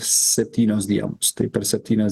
septynios dienos tai per septynias